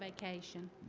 vacation